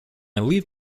leave